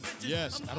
Yes